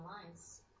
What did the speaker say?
Alliance